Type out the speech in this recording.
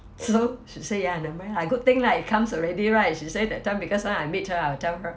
so she say ya never mind ah good thing lah it comes already right she said that time because I meet her I'll tell her